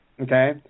Okay